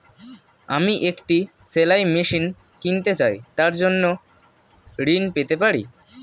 আমি একটি সেলাই মেশিন কিনতে চাই তার জন্য ঋণ পেতে পারি?